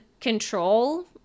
control